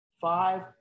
five